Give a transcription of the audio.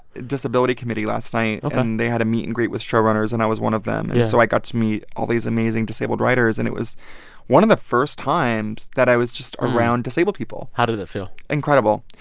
disability committee last night ok and they had a meet and greet with showrunners, and i was one of them yeah and so i got to meet all these amazing disabled writers. and it was one of the first times that i was just around disabled people how did it feel? incredible.